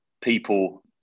people